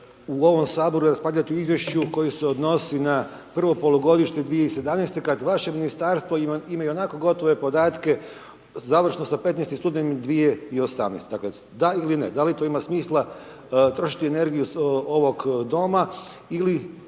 u ovom Saboru raspravljati o izvješću koje se odnosi na prvo polugodište 2017. kada vaše ministarstvo ima ionako gotove podatke završno sa 15. studenim 2018., dakle da ili ne, da li to ima smisla trošiti energiju ovog Doma ili